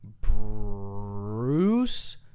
Bruce